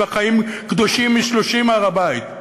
והחיים קדושים מ-30 הר-הבית.